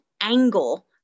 angle